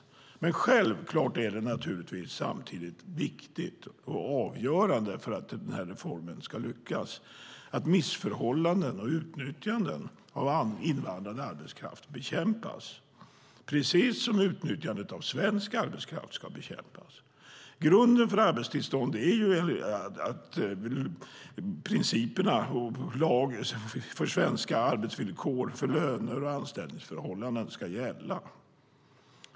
För att den här reformen ska lyckas är det självklart samtidigt viktigt och avgörande att missförhållanden och utnyttjande av invandrad arbetskraft bekämpas, precis som utnyttjande av svensk arbetskraft ska bekämpas. Grunden för arbetstillstånd är enligt lagen och principerna att svenska villkor för löner och anställningsförhållanden gäller.